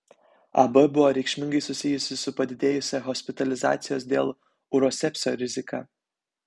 ab buvo reikšmingai susijusi su padidėjusia hospitalizacijos dėl urosepsio rizika